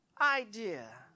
idea